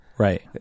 Right